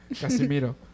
Casimiro